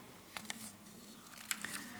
(6)